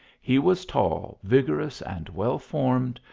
he was tall, vigorous, and well formed,